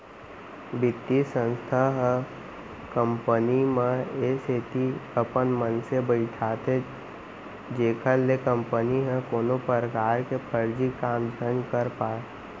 बित्तीय संस्था ह कंपनी म ए सेती अपन मनसे बइठाथे जेखर ले कंपनी ह कोनो परकार के फरजी काम झन कर पाय